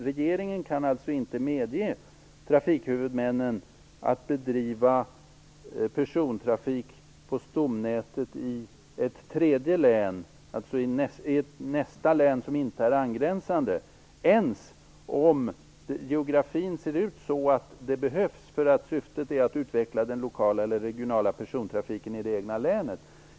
Regeringen kan alltså inte medge att trafikhuvudmännen får bedriva persontrafik på stomnätet i ett tredje län, dvs. i nästa län som icke är angränsande, ens om geografien är sådan att det behövs för att utveckla den lokala eller regionala persontrafiken i det egna länet.